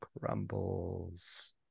crumbles